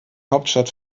hauptstadt